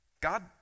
God